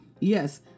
Yes